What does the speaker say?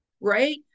right